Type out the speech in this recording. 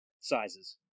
sizes